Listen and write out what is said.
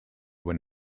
when